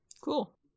cool